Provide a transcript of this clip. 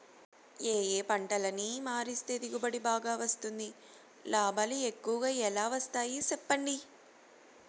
ఏ ఏ పంటలని మారిస్తే దిగుబడి బాగా వస్తుంది, లాభాలు ఎక్కువగా ఎలా వస్తాయి సెప్పండి